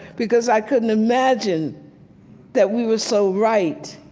because i couldn't imagine that we were so right,